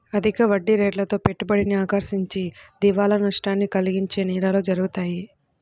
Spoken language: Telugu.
అధిక వడ్డీరేట్లతో పెట్టుబడిని ఆకర్షించి దివాలా నష్టాన్ని కలిగించే నేరాలు జరుగుతాయి